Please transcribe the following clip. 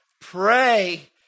pray